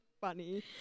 funny